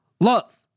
love